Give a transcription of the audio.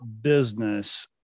business